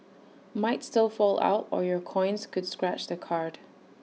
might still fall out or your coins could scratch the card